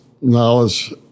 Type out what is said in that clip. knowledge